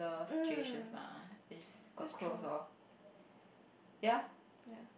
mm that's true yeah